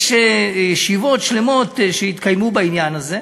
ישיבות שלמות התקיימו בעניין הזה.